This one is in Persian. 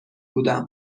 بودم